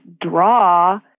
draw